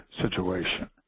situation